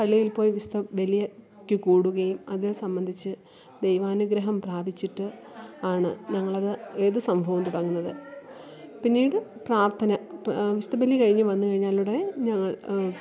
പള്ളിയില് പോയി വിശുദ്ധ ബലിയ്ക്കു കൂടുകയും അതേ സംബന്ധിച്ച് ദൈവാനുഗ്രഹം പ്രാപിച്ചിട്ട് ആണ് ഞങ്ങളത് ഏതു സംഭവവും തുടങ്ങുന്നത് പിന്നീട് പ്രാര്ത്ഥന വിശുദ്ധബലി കഴിഞ്ഞു വന്നു കഴിഞ്ഞാലുടനെ ഞങ്ങൾ